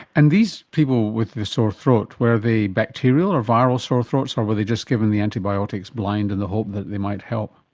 and these people with the sore throat, were they bacterial or viral sore throats, or were they just given the antibiotics blind in the hope that they might help?